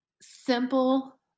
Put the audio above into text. simple